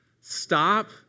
stop